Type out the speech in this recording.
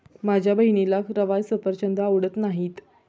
माझ्या बहिणीला रवाळ सफरचंद आवडत नाहीत